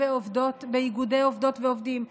ובאיגודי עובדות ועובדים ובנעמת.